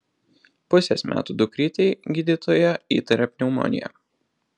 pusės metų dukrytei gydytoja įtaria pneumoniją